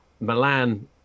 Milan